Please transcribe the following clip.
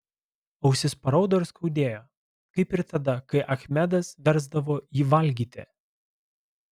ausis paraudo ir skaudėjo kaip ir tada kai achmedas versdavo jį valgyti